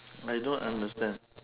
I don't understand